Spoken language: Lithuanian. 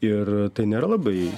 ir tai nėra labai